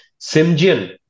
Simjian